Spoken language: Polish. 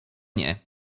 nie